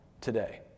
today